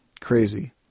Crazy